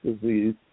disease